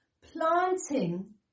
planting